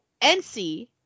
NC